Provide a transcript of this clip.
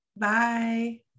Bye